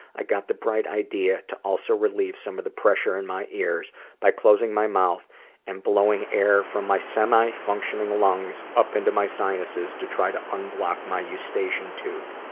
i got the bright idea to also relieve some of the pressure in my ears by closing my mouth and blowing air from my semi functioning lungs up into my sinuses to try to unblock my eustachian tube.